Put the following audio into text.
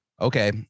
Okay